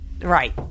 Right